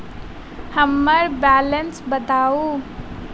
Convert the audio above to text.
हम्मर बैलेंस बताऊ